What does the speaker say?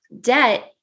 debt